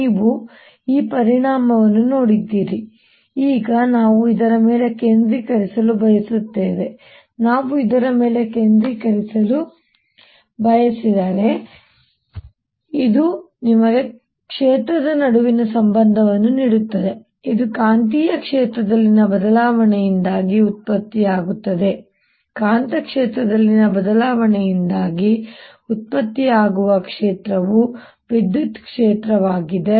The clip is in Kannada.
ನೀವು ಈ ಪರಿಣಾಮವನ್ನು ನೋಡಿದ್ದೀರಿ ಈಗ ನಾವು ಇದರ ಮೇಲೆ ಕೇಂದ್ರೀಕರಿಸಲು ಬಯಸುತ್ತೇವೆ ಏಕೆಂದರೆ ಇದು ನಿಮಗೆ ಕ್ಷೇತ್ರದ ನಡುವಿನ ಸಂಬಂಧವನ್ನು ನೀಡುತ್ತದೆ ಇದು ಕಾಂತೀಯ ಕ್ಷೇತ್ರದಲ್ಲಿನ ಬದಲಾವಣೆಯಿಂದಾಗಿ ಉತ್ಪತ್ತಿಯಾಗುತ್ತದೆ ಕಾಂತಕ್ಷೇತ್ರದಲ್ಲಿನ ಬದಲಾವಣೆಯಿಂದಾಗಿ ಉತ್ಪತ್ತಿಯಾಗುವ ಕ್ಷೇತ್ರವು ವಿದ್ಯುತ್ ಕ್ಷೇತ್ರವಾಗಿದೆ